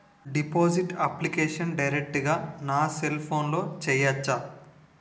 Deposit application direct గా నా cell ఫోన్లో చెయ్యచా?